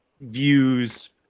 views